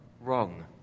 wrong